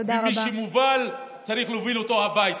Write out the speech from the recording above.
מי שמובל, צריך להוביל אותו הביתה.